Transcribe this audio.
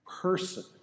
person